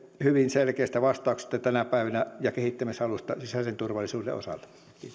hyvin selkeistä vastauksista tänä päivänä ja kehittämishalusta sisäisen turvallisuuden osalta